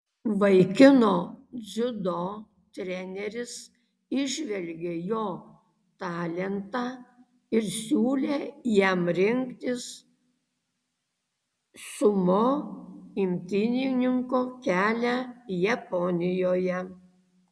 vaikino dziudo treneris įžvelgė jo talentą ir siūlė jam rinktis sumo imtynininko kelią japonijoje